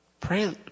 pray